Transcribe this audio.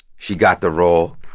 she got the role.